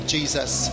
Jesus